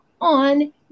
on